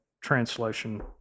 translation